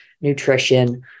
nutrition